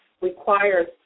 requires